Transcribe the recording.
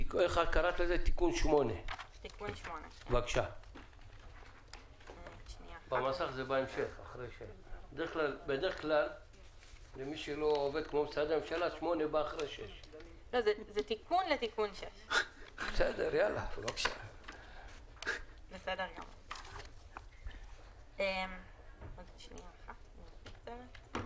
בתיקון 8. בבקשה.